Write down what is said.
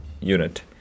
unit